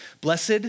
Blessed